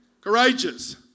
courageous